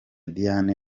diane